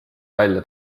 välja